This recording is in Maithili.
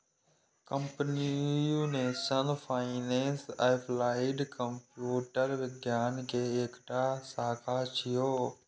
कंप्यूटेशनल फाइनेंस एप्लाइड कंप्यूटर विज्ञान के एकटा शाखा छियै